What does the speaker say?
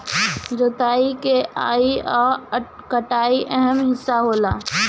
जोताई बोआई आ कटाई अहम् हिस्सा होला